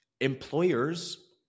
employers